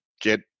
get